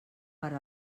per